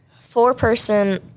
four-person –